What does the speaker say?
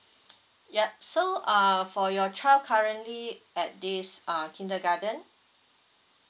yup so uh for your child currently at this uh kindergarten